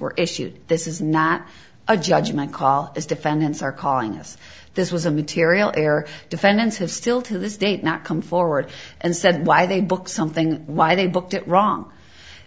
were issued this is not a judgment call as defendants are calling us this was a material error defendants have still to this date not come forward and said why they booked something why they booked it wrong